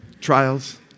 Trials